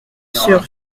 sur